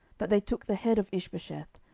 but they took the head of ishbosheth,